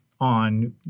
on